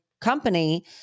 company